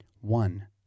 One